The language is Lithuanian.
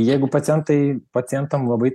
jeigu pacientai pacientam labai